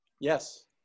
Yes